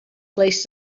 place